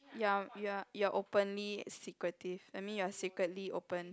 you're you're you are openly secretive that mean you are secretly open